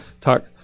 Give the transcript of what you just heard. talk